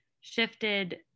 shifted